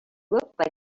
looked